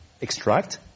extract